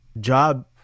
job